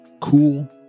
cool